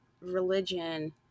religion